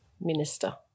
minister